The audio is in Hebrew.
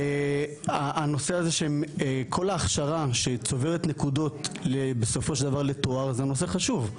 הנושא הזה שכל ההכשרה שצוברת נקודות בסופו של דבר לתואר זה נושא חשוב,